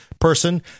person